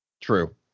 True